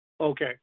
Okay